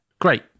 great